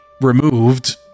removed